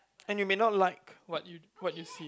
and you may not like what you what you see